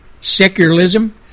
secularism